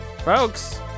Folks